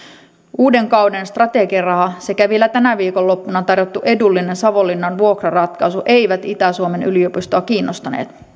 uuden kauden strategiaraha sekä vielä tänä viikonloppuna tarjottu edullinen savonlinnan vuokraratkaisu eivät itä suomen yliopistoa kiinnostaneet